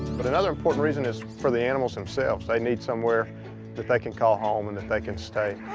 but another important reason is for the animals themselves they need somewhere that they can call home and that they can stay.